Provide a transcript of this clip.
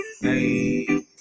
Hey